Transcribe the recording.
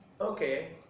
okay